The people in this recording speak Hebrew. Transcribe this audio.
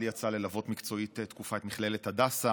לי יצא ללוות מקצועית תקופה את מכללת הדסה